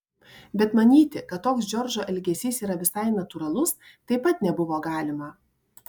bet manyti kad toks džordžo elgesys yra visai natūralus taip pat nebuvo galima